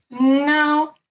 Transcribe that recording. no